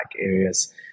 areas